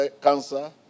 cancer